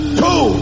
two